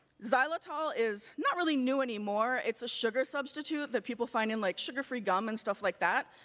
xylitol is not really new any more. it's a sugar substitute that people find in like sugar free gum and stuff like that.